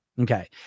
Okay